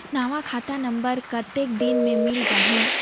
नवा खाता नंबर कतेक दिन मे मिल जाही?